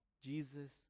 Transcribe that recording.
Jesus